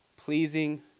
Pleasing